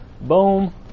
Boom